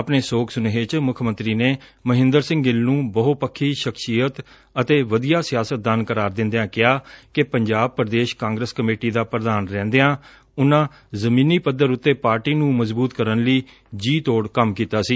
ਆਪਣੇ ਸੋਗ ਸੁਨੇਹੇ ਚ ਮੁੱਖ ਮੰਤਰੀ ਨੇ ਮਹਿੰਦਰ ਸਿੰਘ ਗਿੱਲ ਨੂੰ ਬਹੁ ਪੱਖੀ ਸ਼ਖਸੀਅਤ ਅਤੇ ਵਧੀਆ ਸਿਆਸਤਦਾਨ ਕਰਾਰ ਦਿੰਦਿਆਂ ਕਿਹਾ ਕਿ ਪੰਜਾਬ ਪੁਦੇਸ਼ ਕਾਗਰਸ ਕਮੇਟੀ ਦਾ ਪੁਧਾਨ ਰਹਿੰਦਿਆਂ ਉਨਾਂ ਜ਼ਮੀਨੀ ਪੱਧਰ ਤੇ ਪਾਰਟੀ ਨੰ ਮਜ਼ਬੁਤ ਕਰਨ ਲਈ ਜੀ ਤੋੜ ਕੰਮ ਕੀਤਾ ਸੀ